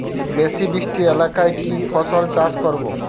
বেশি বৃষ্টি এলাকায় কি ফসল চাষ করব?